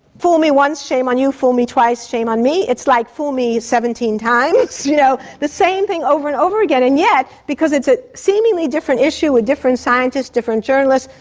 fool me once, shame on you fool me twice, shame on me. it's like fool me seventeen times! you know the same thing over and over again. and yet, because it's a seemingly different issue with different scientists, different journalists,